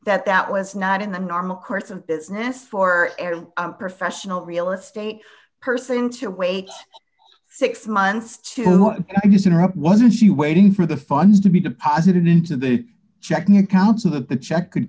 that that was not in the normal course of business for every professional real estate person to wait six months to use it up wasn't she waiting for the funds to be deposited into the checking account so that the check could